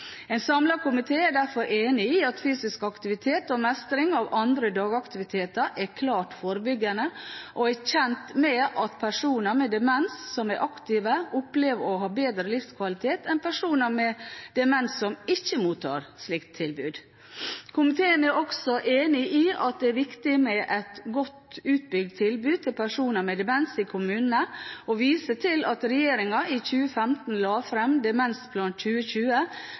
En samlet komité er derfor enig i at fysisk aktivitet og mestring av andre dagaktiviteter er klart forebyggende, og komiteen er kjent med at personer med demens som er aktive, opplever å ha bedre livskvalitet enn personer med demens som ikke mottar slikt tilbud. Komiteen er også enig i at det er viktig med et godt utbygd tilbud til personer med demens i kommunene, og viser til at regjeringen i 2015 la fram Demensplan 2020,